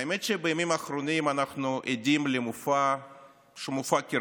האמת היא שבימים האחרונים אנחנו עדים למופע קרקס.